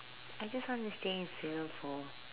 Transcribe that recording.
I just want to stay in Singapore